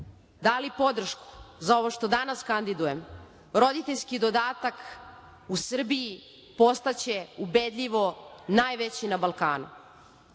dali podršku za ovo što danas kandidujem, roditeljski dodatak u Srbiji postaće ubedljivo najveći na Balkanu.